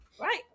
Right